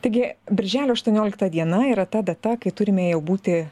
taigi birželio aštuoniolikta diena yra ta data kai turime jau būti